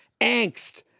angst